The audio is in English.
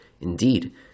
Indeed